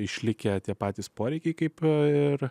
išlikę tie patys poreikiai kaip ir